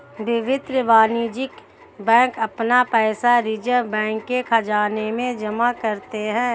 विभिन्न वाणिज्यिक बैंक अपना पैसा रिज़र्व बैंक के ख़ज़ाने में जमा करते हैं